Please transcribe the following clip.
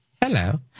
hello